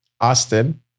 Austin